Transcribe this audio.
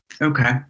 Okay